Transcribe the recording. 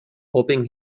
hoping